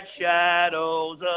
shadows